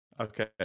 okay